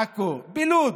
בעכו, בלוד.